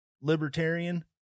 libertarian